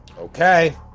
Okay